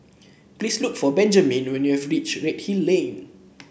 please look for Benjamin when you have reach Redhill Lane